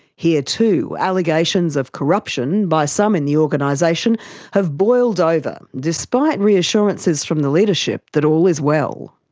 here too, allegations of corruption by some in the organisation have boiled over, despite reassurances from the leadership that all is well.